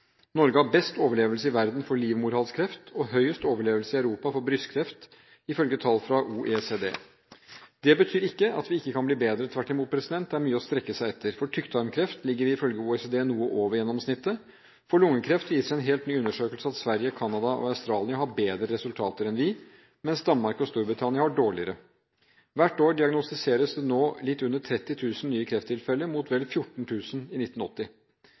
Norge har best overlevelse i verden for livmorhalskreft og høyest overlevelse i Europa for brystkreft, ifølge tall fra OECD. Det betyr ikke at vi ikke kan bli bedre – tvert imot, det er mye å strekke seg etter. For tykktarmskreft ligger vi ifølge OECD noe over gjennomsnittet. For lungekreft viser en helt ny undersøkelse at Sverige, Canada og Australia har bedre resultater enn oss, mens Danmark og Storbritannia har dårligere. Hvert år diagnostiseres det nå litt under 30 000 nye krefttilfeller, mot vel 14 000 i 1980.